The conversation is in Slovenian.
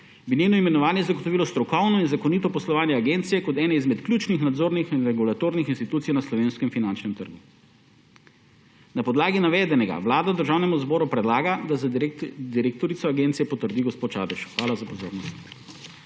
bi njeno imenovanje zagotovilo strokovno in zakonito poslovanje agencije kot ene izmed ključnih nadzornih in regulatornih institucij na slovenskem finančnem trgu. Na podlagi navedenega Vlada Državnemu zboru predlaga, da za direktorico Agencije potrdi gospo Čadež. Hvala za pozornost.